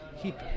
keep